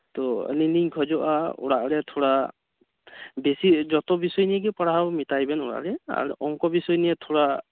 ᱛᱚ ᱟᱞᱤᱧ ᱞᱤᱧ ᱠᱷᱚᱡᱚᱜᱼᱟ ᱚᱲᱟᱜ ᱨᱮ ᱛᱷᱚᱲᱟ ᱵᱮᱥᱤ ᱡᱚᱛᱚ ᱵᱤᱥᱚᱭ ᱱᱤᱭᱮ ᱜᱮ ᱯᱟᱲᱦᱟᱣ ᱢᱮᱛᱟᱭᱵᱮᱱ ᱚᱲᱟᱜ ᱨᱮ ᱟᱨ ᱚᱝᱠᱚ ᱵᱤᱥᱚᱭ ᱱᱤᱭᱮ ᱛᱷᱚᱲᱟ